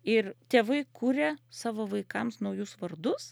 ir tėvai kuria savo vaikams naujus vardus